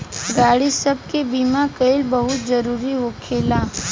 गाड़ी सब के बीमा कइल बहुते जरूरी होखेला